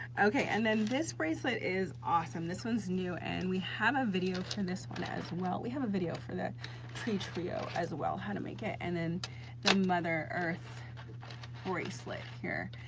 and then this bracelet is awesome. this one's new and we have a video for this one as well. we have a video for that tree trio as well, how to make it and then the mother earth bracelet here.